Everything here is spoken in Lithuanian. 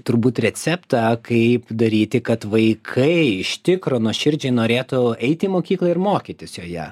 turbūt receptą kaip daryti kad vaikai iš tikro nuoširdžiai norėtų eiti į mokyklą ir mokytis joje